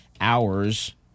hours